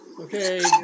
Okay